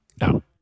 No